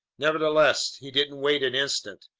nevertheless, he didn't waste an instant.